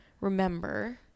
remember